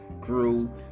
grew